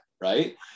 right